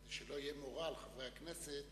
כדי שלא יהיה מורא על חברי הכנסת